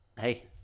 Hey